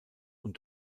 und